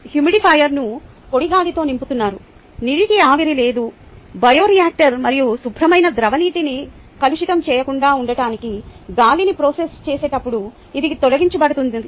హ్యూమిడిఫైయర్ను పొడి గాలితో నింపుతున్నారు నీటి ఆవిరి లేదు బయోరియాక్టర్ మరియు శుభ్రమైన ద్రవ నీటిని కలుషితం చేయకుండా ఉండటానికి గాలిని ప్రాసెస్ చేసేటప్పుడు ఇది తొలగించబడుతుంది